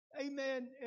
Amen